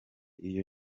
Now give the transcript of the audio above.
iyo